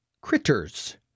critters